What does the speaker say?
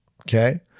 okay